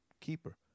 keeper